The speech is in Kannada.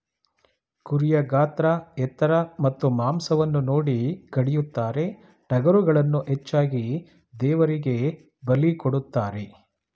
ಕುರಿಯ ಗಾತ್ರ ಎತ್ತರ ಮತ್ತು ಮಾಂಸವನ್ನು ನೋಡಿ ಕಡಿಯುತ್ತಾರೆ, ಟಗರುಗಳನ್ನು ಹೆಚ್ಚಾಗಿ ದೇವರಿಗೆ ಬಲಿ ಕೊಡುತ್ತಾರೆ